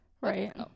right